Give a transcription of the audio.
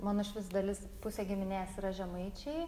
mano išvis dalis pusė giminės yra žemaičiai